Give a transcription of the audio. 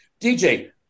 dj